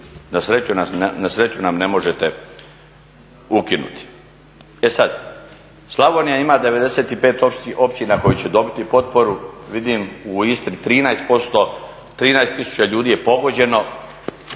na sreću nam ne možete ukinuti. E sada, Slavonija ima 95 općina koje će dobiti potporu, vidim u Istri 13%, 13 tisuća ljudi je pogođeno